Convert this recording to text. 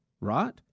right